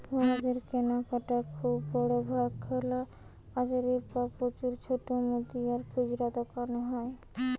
ভারতের কেনাকাটা খুব বড় ভাগ খোলা বাজারে বা প্রচুর ছোট মুদি আর খুচরা দোকানে হয়